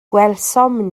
gwelsom